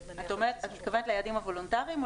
--- את מתכוונת ליעדים הוולונטריים?